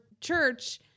church